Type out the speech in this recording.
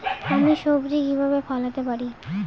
আমি সবজি কিভাবে ফলাতে পারি?